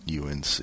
UNC